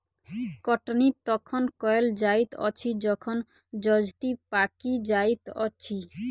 कटनी तखन कयल जाइत अछि जखन जजति पाकि जाइत अछि